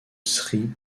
sri